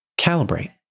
calibrate